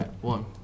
one